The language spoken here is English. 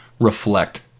reflect